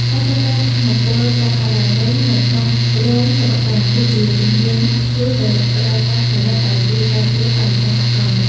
ការប្រើប្រាស់ថាមពលកកើតឡើងវិញនៅក្នុងរោងសិប្បកម្ម គឺជាជំហានឆ្ពោះទៅរកការផលិតដែលជួយការពារបរិស្ថានសកល។